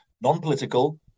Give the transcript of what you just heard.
non-political